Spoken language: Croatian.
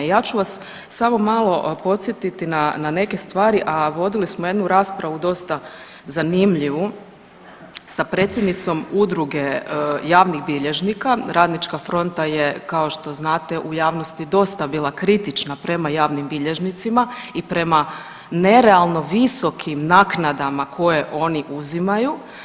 Ja ću vas samo malo podsjetiti na neke stvari, a vodili smo jednu raspravu dosta zanimljivu sa predsjednicom Udruge javnih bilježnika, Radnička fronta je, kao što znate, u javnosti dosta bila kritična prema javnim bilježnicima i prema nerealno visokim naknadama koje oni uzimaju.